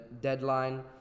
deadline